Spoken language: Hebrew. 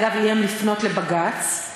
איים לפנות לבג"ץ,